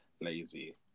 lazy